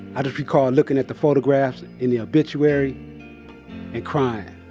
i just recall looking at the photographs in the obituary and crying.